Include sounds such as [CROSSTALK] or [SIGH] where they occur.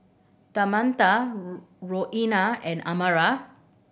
Tamatha [UNINTELLIGIBLE] Roena and Amara